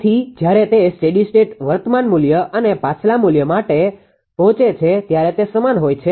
તેથી જયારે તે સ્ટેડી સ્ટેટ વર્તમાન મૂલ્ય અને પાછલા મૂલ્ય પર પહોંચે છે ત્યારે તે સમાન હોય છે